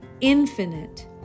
infinite